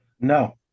No